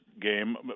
game